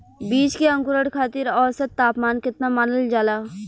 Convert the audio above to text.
बीज के अंकुरण खातिर औसत तापमान केतना मानल जाला?